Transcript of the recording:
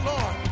Lord